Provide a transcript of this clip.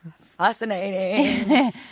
fascinating